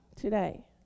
today